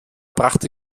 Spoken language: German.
brachte